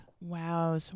Wow